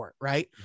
right